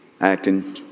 acting